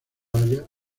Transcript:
haya